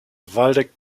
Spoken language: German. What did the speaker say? waldeck